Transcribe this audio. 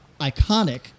iconic